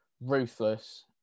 ruthless